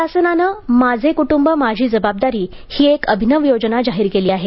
शासनाने माझे कुटुंब माझी जबाबदारी ही एक अभिनव योजना जाहीर केली आहे